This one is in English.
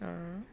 a'ah